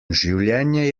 življenje